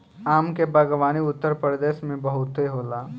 आम के बागवानी उत्तरप्रदेश में बहुते होला